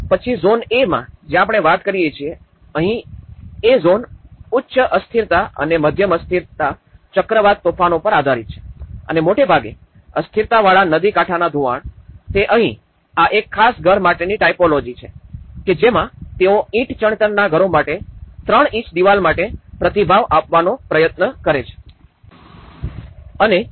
પછી zone A માં જ્યાં આપણે વાત કરીએ છીએ અહીં આ એ ઝોન ઉચ્ચ અસ્થિરતા અને મધ્યમ અસ્થિરતા ચક્રવાત તોફાનો પર આધારિત છે અને મોટે ભાગે અસ્થિરતાવાળા નદી કાંઠાના ધોવાણ તેથી અહીં આ એક ખાસ ઘર માટેની ટાઇપોલોજી છે કે જેમાં તેઓ ઈંટ ચણતર ના ઘરો માટે ત્રણ ઇંચ દીવાલો માટે પ્રતિભાવ આપવાનો પ્રયતન કરે છે